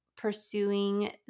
Pursuing